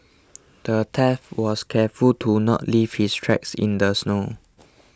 the thief was careful to not leave his tracks in the snow